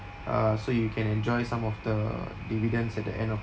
uh so you can enjoy some of the dividends at the end of